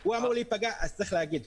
אז צריך להגיד.